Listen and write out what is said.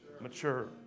mature